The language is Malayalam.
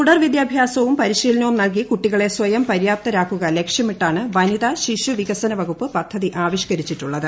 തുടർ വിദ്യാഭ്യാസവും പ്രിശീലനവും നൽകി കുട്ടികളെ സ്വയം പര്യാപ്തരാക്കുക ലക്ഷ്യമീട്ടാണ് വനിതാ ശിശു വികസന വകുപ്പ് പദ്ധതി ആവിഷ്ക്കരിച്ചിട്ടുള്ളത്